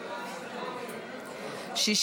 כל מה שקשור לעונשין צריך להיות בחוקה.